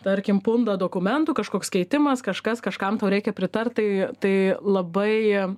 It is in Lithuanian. tarkim pundą dokumentų kažkoks keitimas kažkas kažkam tau reikia pritart tai tai labai